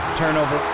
turnover